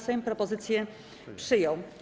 Sejm propozycję przyjął.